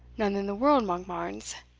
none in the world, monkbarns.